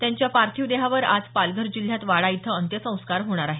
त्यांच्या पार्थिव देहावर आज पालघर जिल्ह्यात वाडा इथं अंत्यसंस्कार होणार आहेत